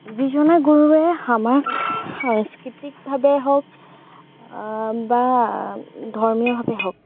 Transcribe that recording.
যিজনা গুৰুৱে আমাক সাংস্কৃতিকভাৱে হওক বা ধৰ্মীয়ভাৱে হওক